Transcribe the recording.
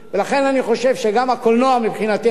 לכן, אני חושב שהקולנוע, מבחינתנו,